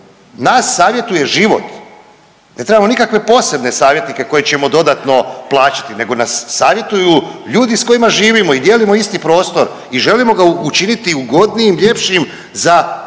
Nas savjetuje život. Ne trebamo nikakve posebne savjetnike koje ćemo dodatno plaćati, nego nas savjetuju ljudi s kojima živimo i dijelimo isti prostor i želimo ga učiniti ugodnijim, ljepšim za život.